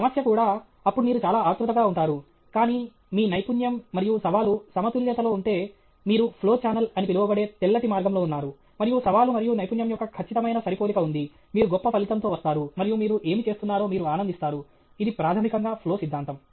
సమస్య కూడా అప్పుడు మీరు చాలా ఆత్రుతగా ఉంటారు కానీ మీ నైపుణ్యం మరియు సవాలు సమతుల్యతలో ఉంటే మీరు ఫ్లో ఛానల్ అని పిలువబడే తెల్లటి మార్గంలో ఉన్నారు మరియు సవాలు మరియు నైపుణ్యం యొక్క ఖచ్చితమైన సరిపోలిక ఉంది మీరు గొప్ప ఫలితం తో వస్తారు మరియు మీరు ఏమి చేస్తున్నారో మీరు ఆనందిస్తారు ఇది ప్రాథమికంగా ఫ్లో సిద్ధాంతం